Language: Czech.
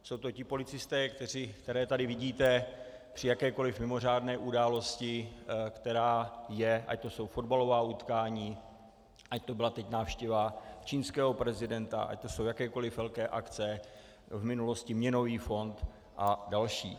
Jsou to ti policisté, které tady vidíte při jakékoli mimořádné události, která je, ať to jsou fotbalová utkání, ať to byla teď návštěva čínského prezidenta, ať to jsou jakékoliv velké akce, v minulosti měnový fond a další.